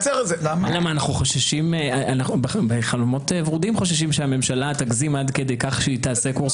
אנו חוששים שממשלה תגזים עד כדי כך שתעשה קורס